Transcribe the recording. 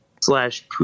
slash